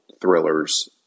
thrillers